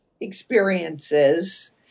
experiences